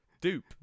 Dupe